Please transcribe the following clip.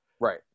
Right